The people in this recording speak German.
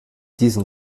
diesen